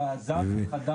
דיון חשוב